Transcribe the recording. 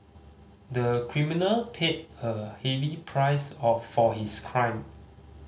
the criminal paid a heavy price of for his crime